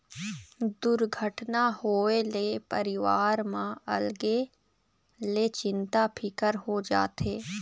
दुरघटना होए ले परिवार म अलगे ले चिंता फिकर हो जाथे